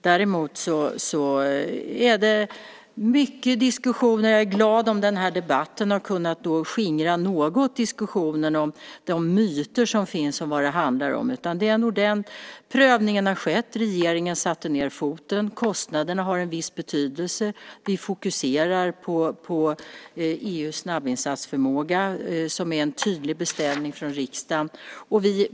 Däremot är det mycket diskussioner. Och jag är glad om den här debatten något har kunnat skingra diskussionen om de myter som finns om vad det handlar om. Den prövningen har skett. Regeringen satte ned foten. Kostnaderna har en viss betydelse. Vi fokuserar på EU:s snabbinsatsförmåga som är en tydlig beställning från riksdagen.